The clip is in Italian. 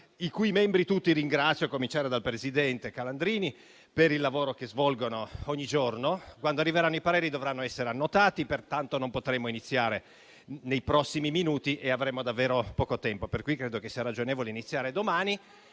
i cui membri tutti ringrazio, a cominciare dal presidente Calandrini, per il lavoro che svolgono ogni giorno - dovrà essere annotato, pertanto non potremmo iniziare nei prossimi minuti e avremmo davvero poco tempo. Ritengo pertanto ragionevole iniziare domani,